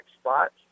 spots